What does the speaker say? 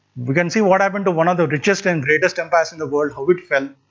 we can see what happened to one of the richest and greatest empires in the world, how it fell,